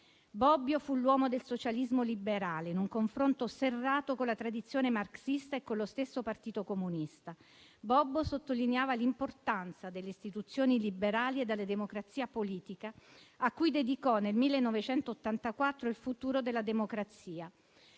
Bobbio fu l'uomo del socialismo liberale in un confronto serrato con la tradizione marxista e con lo stesso Partito Comunista. Bobbio sottolineava l'importanza delle istituzioni liberali e della democrazia politica, a cui dedicò, nel 1984, il saggio «Il futuro della democrazia».